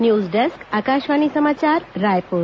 news desk Akashvani समाचार रायपुर